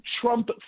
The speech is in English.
Trump